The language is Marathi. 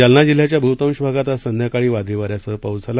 जालना जिल्ह्याच्या बहुतांश भागात आज संध्याकाळी वादळी वाऱ्यासह पाऊस झाला